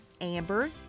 Amber